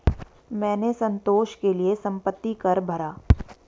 मैंने संतोष के लिए संपत्ति कर भरा